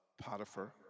Potiphar